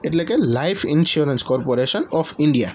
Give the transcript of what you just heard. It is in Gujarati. એટલે કે life insurance corporation of India